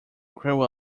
grew